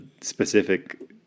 specific